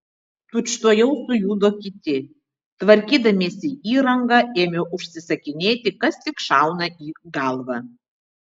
tučtuojau sujudo kiti tvarkydamiesi įrangą ėmė užsisakinėti kas tik šauna į galvą